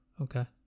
Okay